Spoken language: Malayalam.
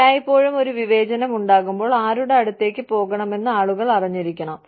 എല്ലായ്പ്പോഴും ഒരു വിവേചനം ഉണ്ടാകുമ്പോൾ ആരുടെ അടുത്തേക്ക് പോകണമെന്ന് ആളുകൾ അറിഞ്ഞിരിക്കണം